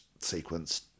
sequence